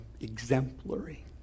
exemplary